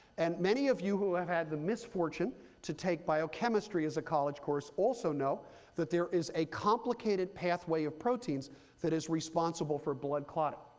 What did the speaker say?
and many of you who have had the misfortune to take biochemistry as a college course also know that there is a complicated pathway of proteins that is responsible for blood clotting.